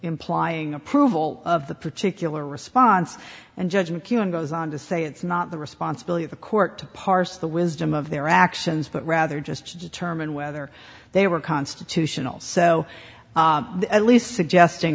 implying approval of the particular response and judgement on goes on to say it's not the responsibility of the court to parse the wisdom of their actions but rather just to determine whether they were constitutional so at least suggesting